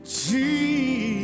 Jesus